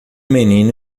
menino